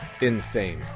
Insane